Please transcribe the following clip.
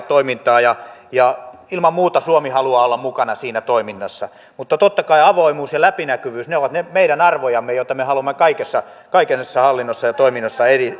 toimintaa ja ja ilman muuta suomi haluaa olla mukana siinä toiminnassa mutta totta kai avoimuus ja läpinäkyvyys ovat meidän arvojamme joita me haluamme kaikessa hallinnossa ja toiminnassa